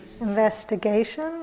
Investigation